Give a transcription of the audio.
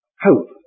hope